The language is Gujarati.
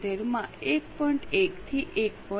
1 થી 1